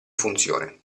funzione